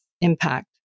impact